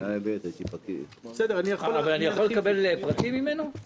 אבל אני יכול לקבל פרטים ממנו?